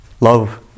Love